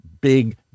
big